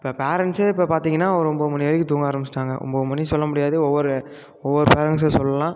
இப்போ பேரென்ட்ஸ்ஸே இப்போ பார்த்திங்கன்னா ஒரு ஒம்பது மணி வரைக்கும் தூங்க ஆரமிச்சிவிட்டாங்க ஒம்பது மணி சொல்லமுடியாது ஒவ்வொரு ஒவ்வொரு பேரென்ட்ஸ்ஸை சொல்லலாம்